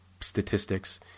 statistics